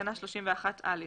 בתקנה 31(א),